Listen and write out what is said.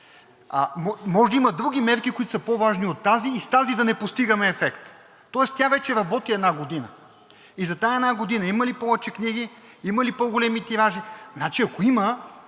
може да има други мерки, които са по-важни от тази и с тази да не постигаме ефект. Тоест тя вече работи една година. За тази една година има ли повече книги? Има ли по-големи тиражи? Значи, ако има